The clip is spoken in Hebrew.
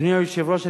אדוני היושב-ראש,